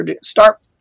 start